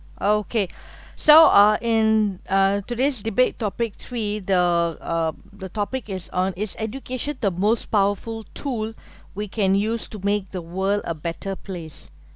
okay so uh in uh today's debate topic three the uh the topic is on is education the most powerful tool we can use to make the world a better place